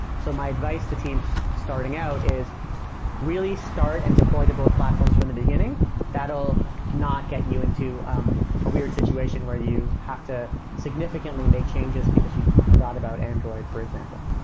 so my advice to teams starting out is really start and deployed to both platforms from the beginning that'll not get you into um a weird situation where you have to significantly make changes because you you forgot about android, for example